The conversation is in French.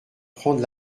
prendre